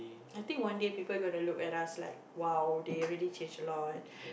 I think one day people gonna look at us like !wow! they really change a lot